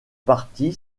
partie